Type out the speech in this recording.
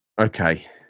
Okay